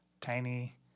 tiny